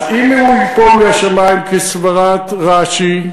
אז אם הוא ייפול מהשמים כסברת רש"י,